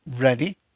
Ready